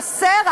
חסר,